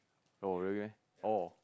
oh really meh oh